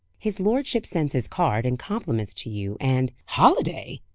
his lordship sends his card and compliments to you, and holiday!